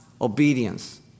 obedience